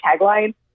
tagline